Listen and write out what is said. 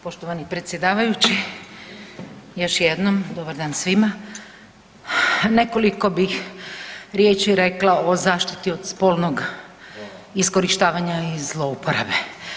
Poštovani predsjedavajući, još jednom dobar dan svima, nekoliko bih riječi rekla o zaštiti od spolnog iskorištavanja i zlouporabe.